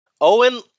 Owen